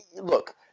look